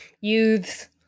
Youths